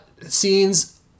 scenes